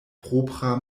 propra